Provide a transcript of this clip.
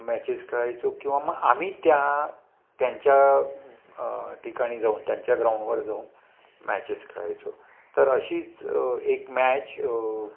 matches खेळायचो किंवा म आम्ही त्या त्यांच्या ठिकाणी जाऊन त्यांच्या ग्राउंडवर जाऊन मॅचेस खेळायचो तर अशीच एक मॅच